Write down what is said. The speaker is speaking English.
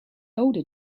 older